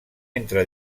entre